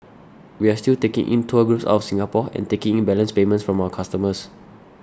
we are still taking in tour groups out of Singapore and taking in balance payments from our customers